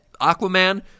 Aquaman